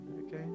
Okay